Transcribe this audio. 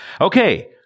okay